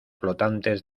flotantes